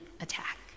attack